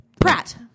Pratt